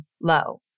low